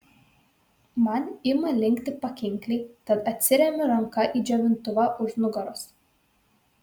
man ima linkti pakinkliai tad atsiremiu ranka į džiovintuvą už nugaros